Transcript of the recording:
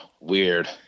weird